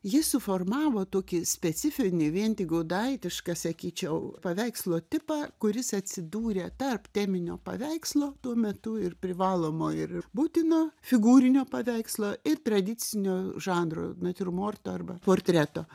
jis suformavo tokį specifinį vien tik gaudaitišką sakyčiau paveikslo tipą kuris atsidūrė tarp teminio paveikslo tuo metu ir privalomo ir būtino figūrinio paveikslo ir tradicinio žanro natiurmorto arba portreto